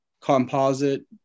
composite